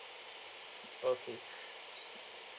okay